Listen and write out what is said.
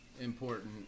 important